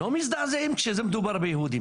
לא מזדעזעים כשמדובר ביהודים,